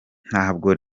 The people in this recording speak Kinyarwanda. ntabwo